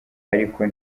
ariko